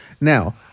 Now